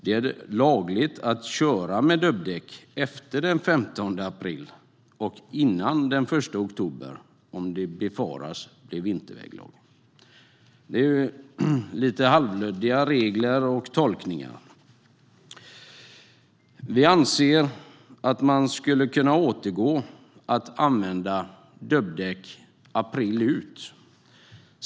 Det är lagligt att köra med dubbdäck efter den 15 april och före den 1 oktober om det befaras bli vinterväglag. Det är lite halvluddiga regler och tolkningar. Vi anser att man skulle kunna återgå till att tillåta dubbdäck april månad ut.